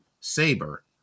Saber